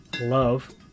love